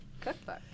cookbook